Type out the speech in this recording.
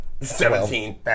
Seventeen